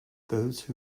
those